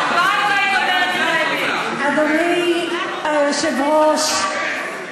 אדוני היושב-ראש,